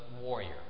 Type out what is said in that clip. warrior